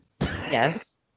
Yes